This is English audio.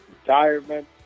retirement